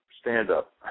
stand-up